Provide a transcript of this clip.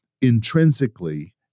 intrinsically